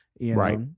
Right